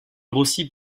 grossi